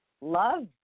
Love